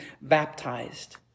baptized